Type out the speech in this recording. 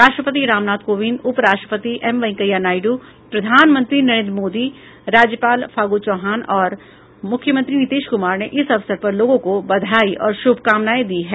राष्ट्रपति रामनाथ कोविंद उप राष्ट्रपति एम वेंकैया नायड् प्रधानमंत्री नरेन्द्र मोदी राज्यपाल फागु चौहान और मुख्यमंत्री नीतीश कुमार ने इस अवसर पर लोगों को बधाई और शुभकामनाएं दी हैं